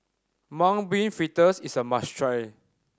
Mung Bean Fritters is a must try